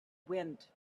wind